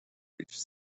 reached